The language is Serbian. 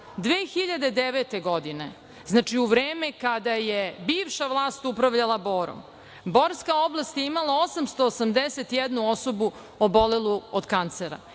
2009. godine, znači, u vreme kada je bivša vlast upravljala Borom, borska oblast je imala 881 osobu obolelu od kancera.